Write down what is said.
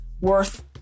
worth